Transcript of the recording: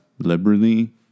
liberally